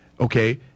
okay